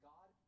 God